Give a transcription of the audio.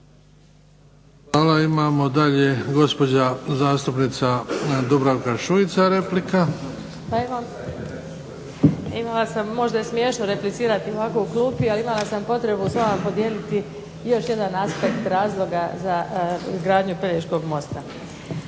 Hvala. Imamo dalje, gospođa zastupnica Dubravka Šuica, replika. **Šuica, Dubravka (HDZ)** Imala sam možda je smiješno replicirati ovako u klupi, ali imala sam potrebu s vama podijeliti još jedan aspekt razloga za izgradnju Pelješkog mosta.